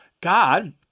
God